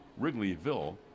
Wrigleyville